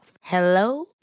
Hello